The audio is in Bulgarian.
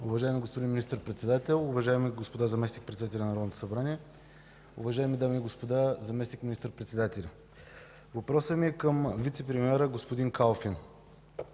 Уважаеми господин Министър-председател, уважаеми господа заместник-председатели на Народното събрание, уважаеми дами и господа заместник-министър председатели! Въпросът ми е към вицепремиера господин Калфин.